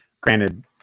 Granted